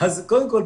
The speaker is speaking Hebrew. קודם כל,